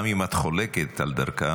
גם אם את חולקת על דרכם,